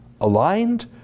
aligned